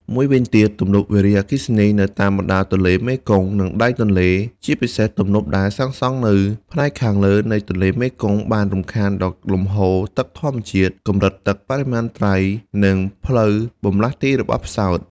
មួយវិញទៀត ទំនប់វារីអគ្គិសនីនៅតាមបណ្តោយទន្លេមេគង្គ និងដៃទន្លេ ជាពិសេសទំនប់ដែលសាងសង់នៅផ្នែកខាងលើនៃទន្លេមេគង្គ បានរំខានដល់លំហូរទឹកធម្មជាតិ កម្រិតទឹក បរិមាណត្រី និងផ្លូវបម្លាស់ទីរបស់ផ្សោត។